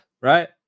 right